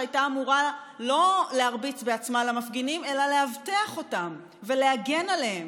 שהייתה אמורה לא להרביץ בעצמה למפגינים אלא לאבטח אותם ולהגן עליהם.